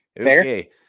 okay